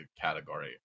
category